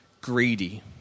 greedy